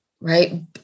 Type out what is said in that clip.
right